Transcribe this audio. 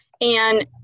and-